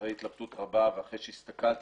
אחרי התלבטות רבה ואחרי שהסתכלנו